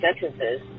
sentences